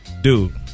dude